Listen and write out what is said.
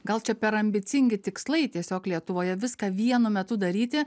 gal čia per ambicingi tikslai tiesiog lietuvoje viską vienu metu daryti